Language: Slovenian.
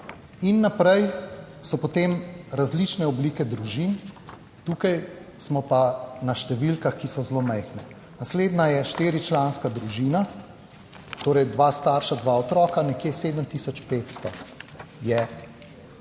In naprej so, potem različne oblike družin tukaj smo pa na številkah, ki so zelo majhne. Naslednja je štiričlanska družina, torej dva starša, dva otroka, nekje 7500 je,